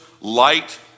light